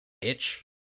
itch